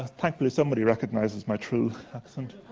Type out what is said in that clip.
thankfully somebody recognizes my true accent.